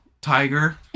tiger